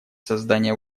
создания